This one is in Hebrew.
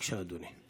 בבקשה, אדוני.